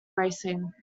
racing